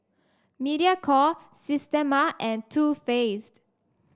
Mediacorp Systema and Too Faced